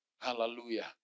Hallelujah